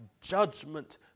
judgment